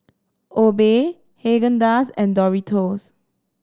Obey Haagen Dazs and Doritos